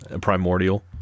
Primordial